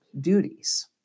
duties